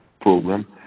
program